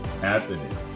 happening